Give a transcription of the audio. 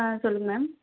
ஆ சொல்லுங்கள் மேம்